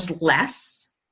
less